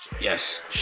yes